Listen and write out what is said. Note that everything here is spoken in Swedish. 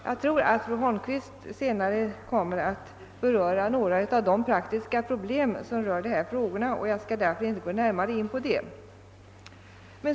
Jag tror att fru Holmqvist senare kommer att beröra några av de praktiska problem som rör dessa frågor, och jag skall därför inte närmare gå in på dem.